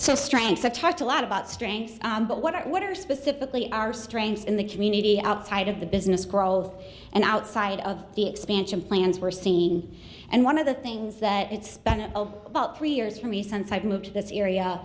so strange such a lot about strength but what are what are specifically our strengths in the community outside of the business growth and outside of the expansion plans were seen and one of the things that it's been a about three years for me since i've moved to this area